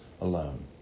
alone